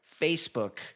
Facebook